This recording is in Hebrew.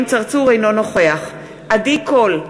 אינו נוכח עדי קול,